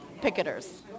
picketers